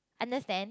understand